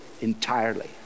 entirely